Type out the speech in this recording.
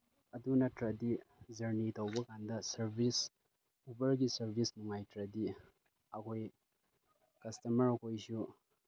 ꯑꯗꯨ ꯅꯠꯇ꯭ꯔꯗꯤ ꯖꯔꯅꯤ ꯇꯧꯕꯀꯥꯟꯗ ꯁꯔꯚꯤꯁ ꯎꯕꯔꯒꯤ ꯁꯥꯔꯚꯤꯁ ꯅꯨꯡꯉꯥꯏꯇ꯭ꯔꯗꯤ ꯑꯩꯈꯣꯏ ꯀꯁꯇꯃꯔ ꯑꯩꯈꯣꯏꯁꯨ